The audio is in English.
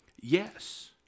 yes